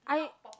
I